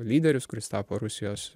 lyderis kuris tapo rusijos